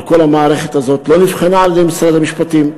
על כל המערכת הזאת, לא נבחנה על-ידי משרד המשפטים.